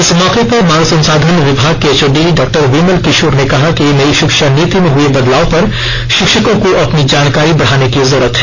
इस मौके पर मानव संसाधन विभाग के एचओडी डॉक्टर विमल किशोर ने कहा कि नई शिक्षा नीति में हुए बदलाव पर शिक्षकों को अपनी जानकारी बढ़ाने की जरूरत है